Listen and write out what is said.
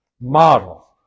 model